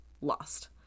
lost